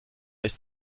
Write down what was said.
ist